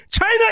China